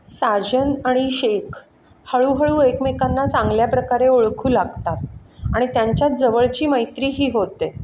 साजन आणि शेख हळूहळू एकमेकांना चांगल्या प्रकारे ओळखू लागतात आणि त्यांच्यात जवळची मैत्रीही होते